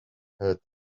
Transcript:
heard